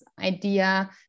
idea